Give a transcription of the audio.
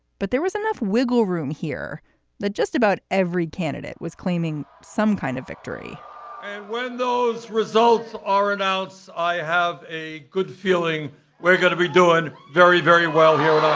but there was enough wiggle room here that just about every candidate was claiming some kind of victory and when those results are announced, i have a good feeling we're going to be doing very, very well here